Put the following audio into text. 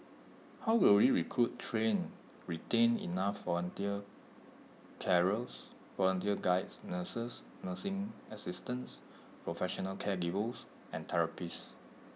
how will we recruit train retain enough volunteer carers volunteer Guides nurses nursing assistants professional caregivers and therapists